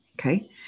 Okay